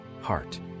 heart